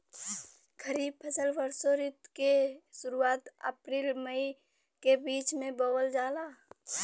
खरीफ फसल वषोॅ ऋतु के शुरुआत, अपृल मई के बीच में बोवल जाला